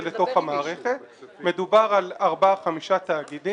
אם נחליט להצביע נגד, נצביע על שתיהן נגד.